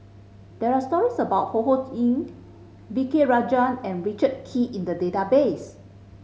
there are stories about Ho Ho Ying V K Rajah and Richard Kee in the database